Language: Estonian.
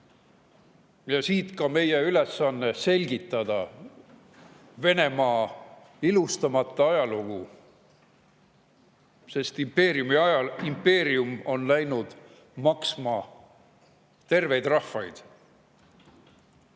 Ja siit ka meie ülesanne selgitada Venemaa ilustamata ajalugu, sest impeerium on läinud maksma terveid rahvaid.